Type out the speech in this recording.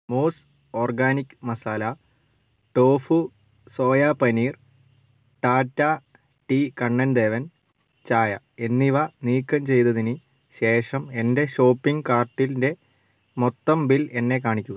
മൂസ് organic masala tofu soya paneer Tata tea Kannan Devan ചായ എന്നിവ നീക്കം ചെയ്തതിന് ശേഷം എൻ്റെ ഷോപ്പിംഗ് കാർട്ടിൻ്റെ മൊത്തം ബിൽ എന്നെ കാണിക്കുക